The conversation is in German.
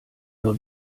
nur